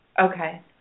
Okay